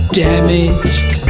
damaged